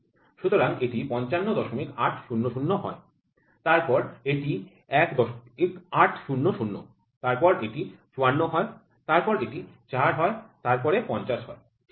সুতরাং এটি ৫৫৮০০ হয় তারপরে আমাদের ১৮০০ নিতে হবে তারপরে ৫৪ নিতে হবে এরপরে ৪ নিতে হবে এবং সর্বশেষে ৫০ নিতে হবে ঠিক আছে